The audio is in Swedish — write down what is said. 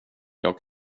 jag